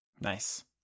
nice